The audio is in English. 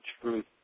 truth